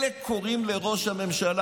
אלה קוראים לראש הממשלה,